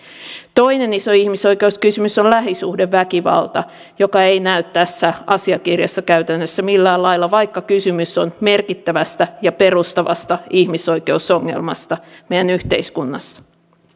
toinen iso ihmisoikeuskysymys on lähisuhdeväkivalta joka ei näy tässä asiakirjassa käytännössä millään lailla vaikka kysymys on merkittävästä ja perustavasta ihmisoikeusongelmasta meidän yhteiskunnassamme